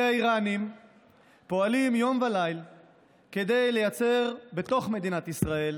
הרי האיראנים פועלים יום וליל כדי לייצר בתוך מדינת ישראל,